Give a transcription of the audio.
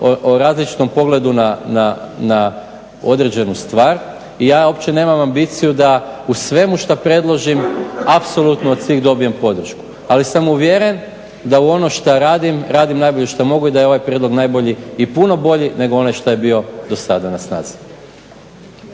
o različitom pogledu na određenu stvar i ja uopće nemam ambiciju da u svemu što predložim apsolutno od svih dobijem podršku, ali sam uvjeren da u ono što radim, radim najbolje što mogu i da je ovaj prijedlog najbolji i puno bolji nego onaj što je bio do sada na snazi.